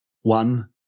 One